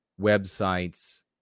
websites